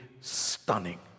stunning